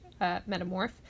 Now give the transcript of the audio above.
metamorph